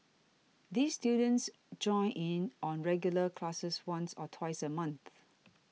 these students join in on regular classes once or twice a month